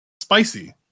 Spicy